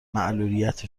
معلولیت